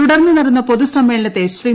തുടർന്ന് നടന്ന പൊതുസമ്മേളനിത്ത് ശ്രീ